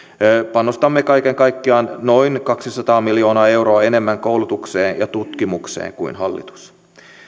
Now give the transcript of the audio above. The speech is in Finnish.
panostamme kaiken kaikkiaan noin kaksisataa miljoonaa euroa enemmän koulutukseen ja tutkimukseen kuin hallitus